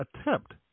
attempt